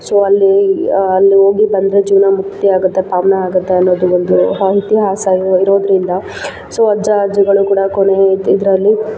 so ಅಲ್ಲಿ ಅಲ್ಲಿ ಹೋಗಿ ಬಂದರೆ ಜೀವನ ಮುಕ್ತಿಯಾಗುತ್ತೆ ಪಾವನ ಆಗುತ್ತೆ ಅನ್ನೋದು ಒಂದು ಇತಿಹಾಸ ಇರೋದ್ರಿಂದ ಸೊ ಅಜ್ಜ ಅಜ್ಜಿಗಳು ಕೂಡ ಕೊನೆ ಇದು ಇದರಲ್ಲಿ